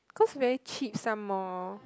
cause very cheap some more